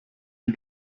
die